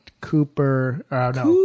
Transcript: Cooper